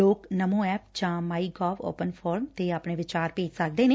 ਲੋਕ ਨਮੋ ਐਪ ਜਾਂ my gov open forum ਤੇ ਆਪਣੇ ਵਿਚਾਰ ਭੇਜ ਸਕਦੇ ਨੇ